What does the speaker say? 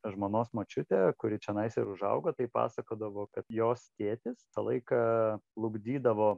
žmonos močiutė kuri čionai ir užaugo tai pasakodavo kad jos tėtis tą laiką plukdydavo